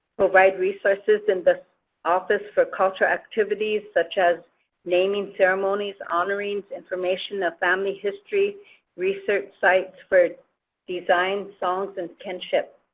provide resources in the office for cultural activities, such as naming ceremonies, honoring, information of family history research sites for design, songs, and kinship.